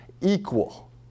equal